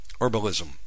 herbalism